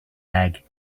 lag